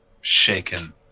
shaken